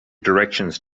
directions